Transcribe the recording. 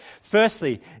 Firstly